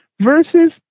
versus